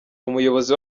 umuyobozi